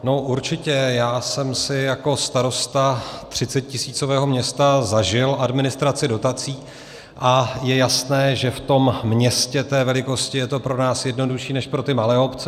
No určitě, já jsem si jako starosta 30tisícového města zažil administraci dotací a je jasné, že v tom městě té velikosti je to pro nás jednodušší než pro malé obce.